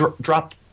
dropped